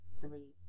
three